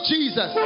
Jesus